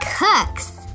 Cooks